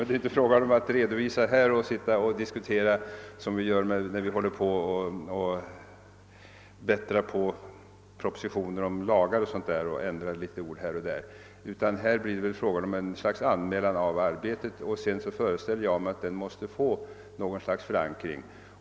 Det är inte här jämförbart med lagpropositioner och dylikt där man kan ändra ett ord här och ett ord där, utan här är det fråga om ett slags anmälan av arbetet som enligt vad jag föreställer mig sedan måste få något slags förankring.